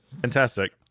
Fantastic